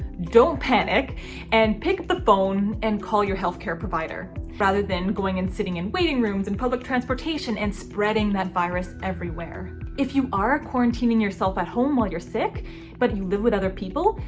don't panic and pick up the phone and call your health care provider, rather than going and sitting in waiting rooms and public transportation and spreading that virus everywhere. if you are quarantining yourself at home while you're sick but you live with other people,